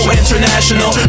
international